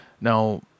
Now